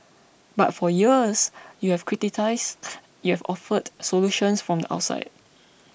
but for years you have criticised you have offered solutions from the outside